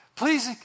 Please